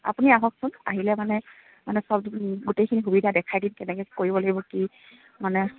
আপুনি আহকচোন আহিলে মানে মানে সব গোটেইখিনি সুবিধা দেখাই দিম কেনেকৈ কৰিব লাগিব কি মানে